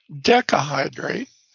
decahydrate